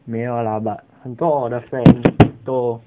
没有啦 but 很多我的 friends 都